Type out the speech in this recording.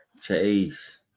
Chase